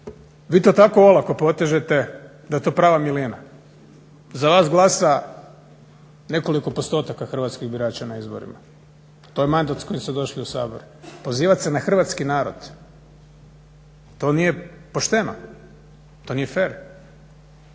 vi to tako olako potežete da je to prava milina. Za vas glasa nekoliko postotaka hrvatskih birača na izborima, to je mandat s kojim ste došli u Sabor. Pozivat se na hrvatski narod to nije pošteno, to nije fer.